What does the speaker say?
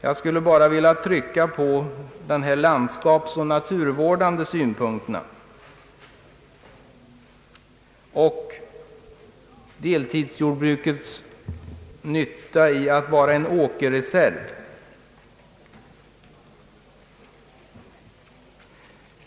Jag vill bara trycka på landskapsoch naturvårdssynpunkterna och deltidsjordbrukens nytta såsom en åkerreserv.